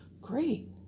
Great